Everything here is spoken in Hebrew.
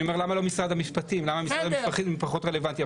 אני אומר למה משרד המשפטים הוא פחות רלוונטי.